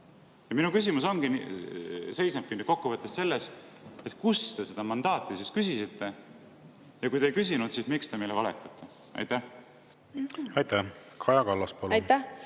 Minu küsimus seisneb kokkuvõttes selles: kust te seda mandaati küsisite? Ja kui te ei küsinud, siis miks te meile valetate? Aitäh!